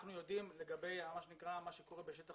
אנחנו יודעים להגיד לגבי מה שקורה בשטח